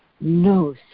no